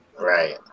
Right